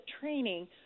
training